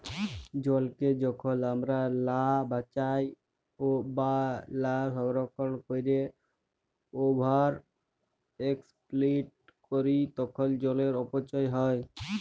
জলকে যখল আমরা লা বাঁচায় বা লা সংরক্ষল ক্যইরে ওভার এক্সপ্লইট ক্যরি তখল জলের অপচয় হ্যয়